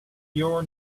your